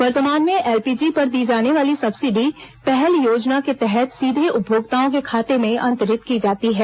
वर्तमान में एलपीजी पर दी जाने वाली सब्सिडी पहल योजना के तहत सीधे उपभोक्ताओं के खाते में अंतरित की जाती है